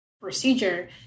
procedure